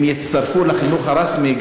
אם יצטרפו לחינוך הרשמי,